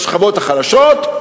בשכבות החלשות,